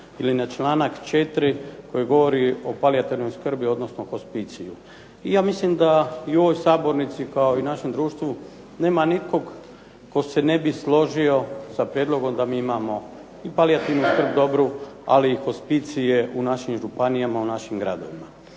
ili na članak 4. koji govori o palijativnoj skrbi odnosno hospiciju. Ja mislim da i u ovoj sabornici kao i u našem društvu nema nikog tko se ne bi složio sa prijedlogom da mi imamo i palijativnu skrb, ali i hospicije u našim županijama, u našim gradovima.